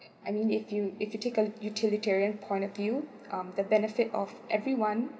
I mean if you if you take a utilitarian point of view um the benefit of everyone